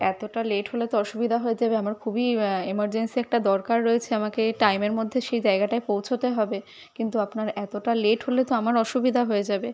এতোটা লেট হলে তো অসুবিধা হয়ে যাবে আমার খুবই এমারজেন্সি একটা দরকার রয়েছে আমাকে টাইমের মধ্যে সেই জায়গাটায় পৌঁছোতে হবে কিন্তু আপনার এতোটা লেট হলে তো আমার অসুবিধা হয়ে যাবে